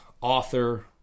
author